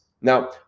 Now